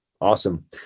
awesome